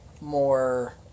more